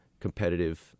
competitive